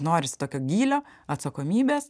norisi tokio gylio atsakomybės